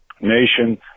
Nation